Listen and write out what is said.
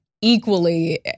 equally